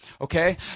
Okay